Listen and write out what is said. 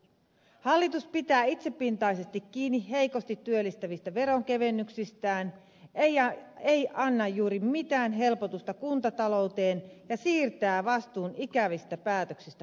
hallitus pitää itsepintaisesti kiinni heikosti työllistävistä veronkevennyksistään ei anna juuri mitään helpotusta kuntatalouteen ja siirtää vastuun ikävistä päätöksistä kunnille